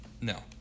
No